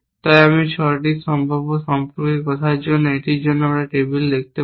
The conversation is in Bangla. তাই আমি 6টি সম্ভাব্য সম্পর্কের মধ্যে এটির জন্য একটি টেবিল দেখতে পারি